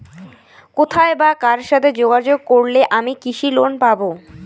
কোথায় বা কার সাথে যোগাযোগ করলে আমি কৃষি লোন পাব?